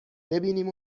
ببینیم